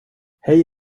hej